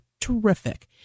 terrific